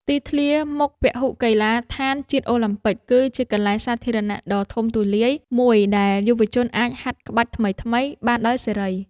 ទីធ្លាមុខពហុកីឡដ្ឋានជាតិអូឡាំពិក គឺជាកន្លែងសាធារណៈដ៏ធំទូលាយមួយ ដែលយុវជនអាចហាត់ក្បាច់ថ្មីៗបានដោយសេរី។